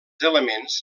elements